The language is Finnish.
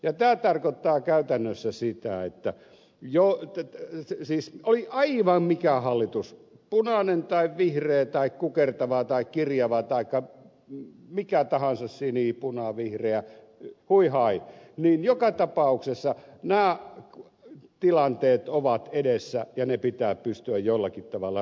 tämä tarkoittaa käytännössä sitä että oli aivan mikä hallitus tahansa punainen tai vihreä tai kukertava tai kirjava taikka mikä tahansa sinipunavihreä hui hai niin joka tapauksessa nämä tilanteet ovat edessä ja ne pitää pystyä jollakin tavalla ratkaisemaan